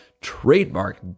trademark